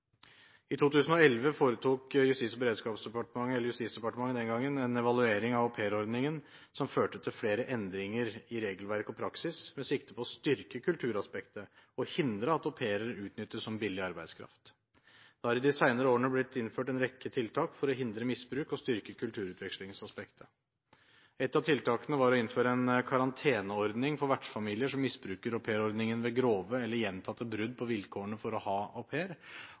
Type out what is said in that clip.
I 2011 foretok Justisdepartementet en evaluering av aupairordningen som førte til flere endringer i regelverk og praksis, med sikte på å styrke kulturaspektet og hindre at au pairer utnyttes som billig arbeidskraft. Det har i de senere årene blitt innført en rekke tiltak for å hindre misbruk og styrke kulturutvekslingsaspektet. Ett av tiltakene var å innføre en karanteneordning for vertsfamilier som misbruker aupairordningen ved grove eller gjentatte brudd på vilkårene for å ha